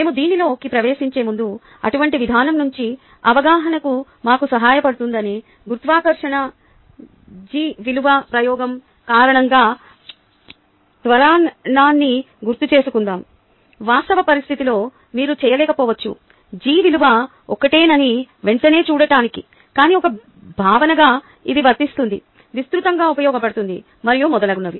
మేము దీనిలోకి ప్రవేశించే ముందు అటువంటి విధానం మంచి అవగాహనకు మాకు సహాయపడుతుందని గురుత్వాకర్షణ జి విలువ ప్రయోగం కారణంగా త్వరణాన్ని గుర్తుచేసుకుందాం వాస్తవ పరిస్థితిలో మీరు చేయలేకపోవచ్చు g విలువ ఒకటేనని వెంటనే చూడటానికి కానీ ఒక భావనగా ఇది వర్తిస్తుంది విస్తృతంగా ఉపయోగపడుతుంది మరియు మొదలగునవి